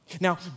Now